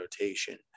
rotation